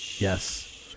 yes